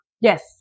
Yes